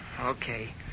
Okay